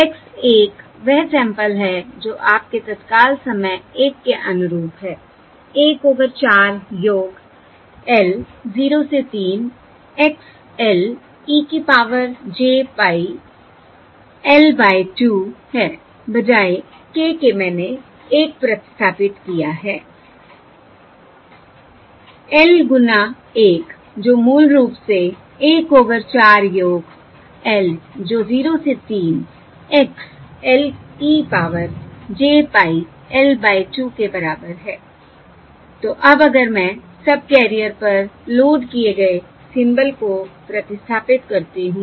x 1 वह sample है जो आपके तत्काल समय 1 के अनुरूप है 1 ओवर 4 योग l 0 से 3 X l e की power j pie l by 2 है बजाय k के मैंने 1 प्रतिस्थापित किया है 1 गुना l जो मूल रूप से 1 ओवर 4 योग l जो 0 से 3 X l e power j pie l by 2 के बराबर है तो अब अगर मैं सबकैरियर पर लोड किए गए सिंबल को प्रतिस्थापित करती हूं